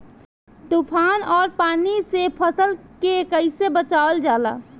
तुफान और पानी से फसल के कईसे बचावल जाला?